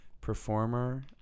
performer